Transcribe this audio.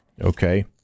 Okay